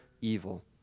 evil